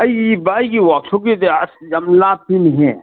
ꯑꯩꯒꯤ ꯑꯩꯒꯤ ꯋꯥꯛꯁꯣꯞꯀꯤꯗ ꯑꯁ ꯌꯥꯝ ꯂꯥꯞꯄꯤꯅꯦꯍꯦ